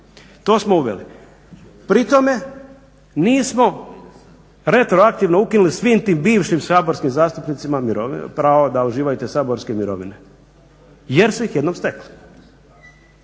to smo uveli. Pri tome nismo retroaktivno ukinuli svim tim bivšim saborskim zastupnicima mirovine, pravo da uživaju te saborske mirovine jer su ih jednom stekli.